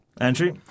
Andrew